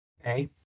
Okay